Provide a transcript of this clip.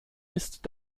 ist